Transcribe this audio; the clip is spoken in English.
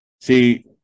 See